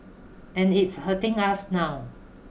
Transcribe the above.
and it's hurting us now